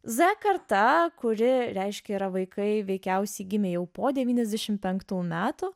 z karta kuri reiškia yra vaikai veikiausiai gimę jau po devyniasdešim penktų metų